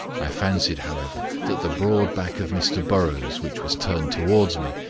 i fancied, however, that the broad back of mr burrows, which was turned towards me,